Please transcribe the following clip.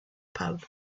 pub